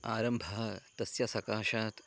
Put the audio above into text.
आरम्भः तस्य सकाशात्